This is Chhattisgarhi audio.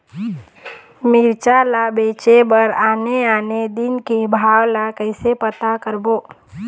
मिरचा ला बेचे बर आने आने दिन के भाव ला कइसे पता करबो?